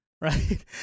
right